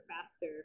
faster